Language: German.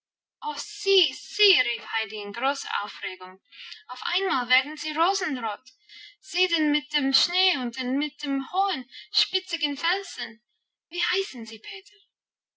rief heidi in großer aufregung auf einmal werden sie rosenrot sieh den mit dem schnee und den mit den hohen spitzigen felsen wie heißen sie peter